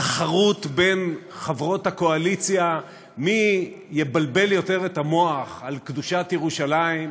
תחרות בין חברות הקואליציה מי יבלבל יותר את המוח על קדושת ירושלים,